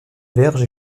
vierge